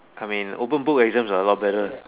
I mean open book exams are a lot better